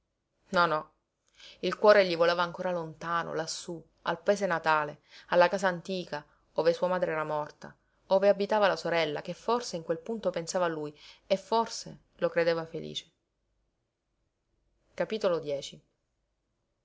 no no il cuore gli volava ancora lontano lassù al paese natale alla casa antica ove sua madre era morta ove abitava la sorella che forse in quel punto pensava a lui e forse lo credeva felice